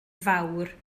fawr